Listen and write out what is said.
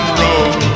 road